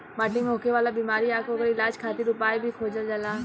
माटी मे होखे वाला बिमारी आ ओकर इलाज खातिर उपाय भी खोजल जाता